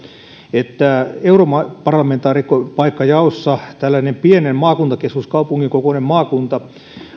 että europarlamentaarikkopaikkajaossa tällainen pienen maakuntakeskuskaupungin kokoinen maakunta